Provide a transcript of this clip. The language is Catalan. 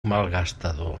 malgastador